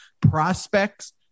prospects